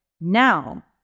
Now